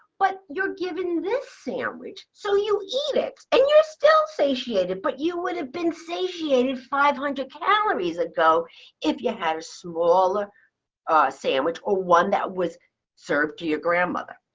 but you're given this sandwich, so you eat it. and you're still satiated, but you would have been satiated five hundred calories ago if you had a smaller ah sandwich or one that was served to your grandmother.